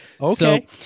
Okay